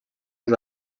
els